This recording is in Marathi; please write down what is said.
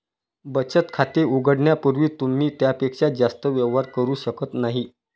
बचत खाते उघडण्यापूर्वी तुम्ही त्यापेक्षा जास्त व्यवहार करू शकत नाही